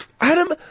Adam